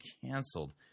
canceled